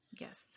Yes